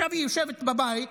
עכשיו היא יושבת בבית,